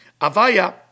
Avaya